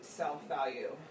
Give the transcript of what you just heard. self-value